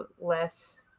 less